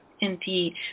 Indeed